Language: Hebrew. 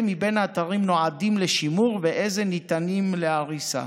מבין האתרים נועדים לשימור ואילו ניתנים להריסה.